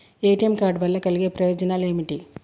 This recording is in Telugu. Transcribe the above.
ఏ.టి.ఎమ్ కార్డ్ వల్ల కలిగే ప్రయోజనాలు ఏమిటి?